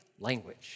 language